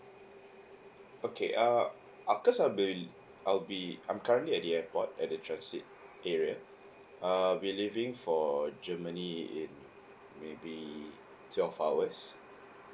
okay err uh cause I'll be I'll be I'm currently at the airport at the transit area I'll be leaving for germany in maybe twelve hours